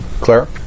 Claire